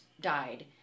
died